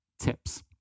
tips